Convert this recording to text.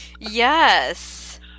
Yes